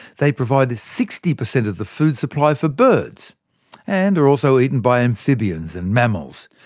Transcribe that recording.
they provide sixty percent of the food supply for birds and are also eaten by amphibians and mammals.